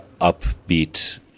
upbeat